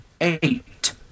eight